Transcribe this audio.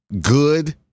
good